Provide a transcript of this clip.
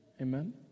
Amen